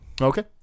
okay